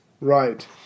Right